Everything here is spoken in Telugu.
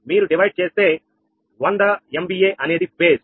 మీరు విభజన చేస్తే వంద ఎం వి ఏ అనేది బేస్